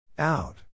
out